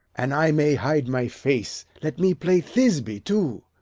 an i may hide my face, let me play thisby too.